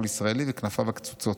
כל ישראלי וכנפיו הקצוצות.